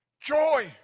Joy